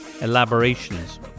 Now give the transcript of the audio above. elaborations